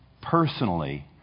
personally